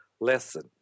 lesson